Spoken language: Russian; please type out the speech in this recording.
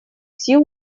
сил